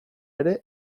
ere